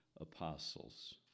apostles